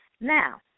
Now